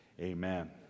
Amen